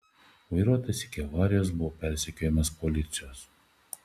vairuotojas iki avarijos buvo persekiojamas policijos